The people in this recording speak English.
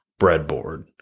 breadboard